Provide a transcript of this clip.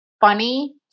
funny